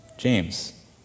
James